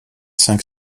cinq